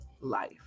life